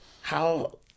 how-